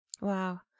Wow